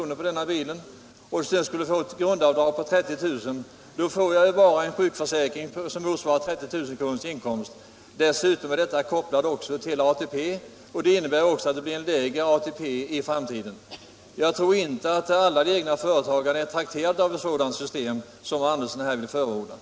med bilen och sedan, som herr Andersson vill, skulle få ett grundavdrag på 30 000 kr., får jag bara en sjukförsäkring som motsvarar 30 000 kr. i inkomst. Dessutom är det hela kopplat till ATP; det blir alltså lägre ATP i framtiden. Jag tror inte att alla egna företagare är trakterade av ett sådant system som herr Andersson i Nybro här förordar.